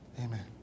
Amen